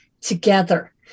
together